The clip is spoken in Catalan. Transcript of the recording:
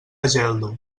geldo